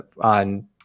on